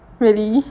really